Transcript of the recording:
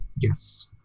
Yes